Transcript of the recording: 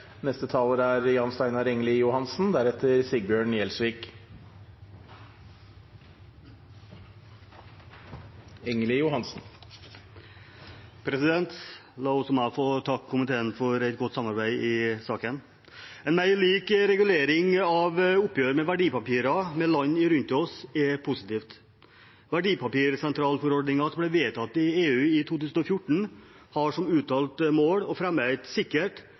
La også meg få takke komiteen for et godt samarbeid i saken. En mer lik regulering med land rundt oss av oppgjør med verdipapirer er positivt. Verdipapirsentralforordningen som ble vedtatt i EU i 2014, har som uttalt mål å fremme et sikkert,